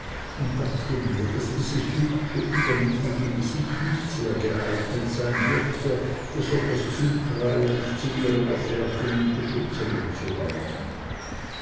und dachte mir daß dieses hübsche übermütige gesicht nicht sehr geeignet sein dürfte besonders zutraulich zu ihrer gefährtin und beschützerin zu werden